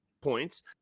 points